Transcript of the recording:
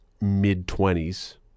mid-twenties